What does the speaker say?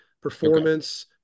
performance